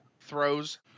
throws